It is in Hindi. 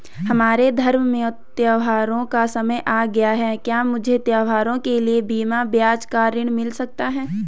हमारे धर्म में त्योंहारो का समय आ गया है क्या मुझे त्योहारों के लिए बिना ब्याज का ऋण मिल सकता है?